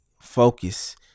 focus